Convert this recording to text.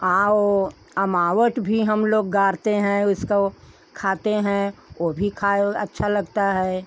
आओ अमावट भी हम लोग गाड़ते हैं उसको खाते हैं ओ भी खाए अच्छा लगता है